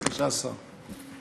בבקשה, השר.